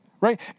Right